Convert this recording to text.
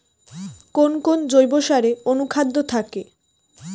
কোন কোন জৈব সারে অনুখাদ্য থাকে?